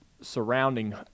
surrounding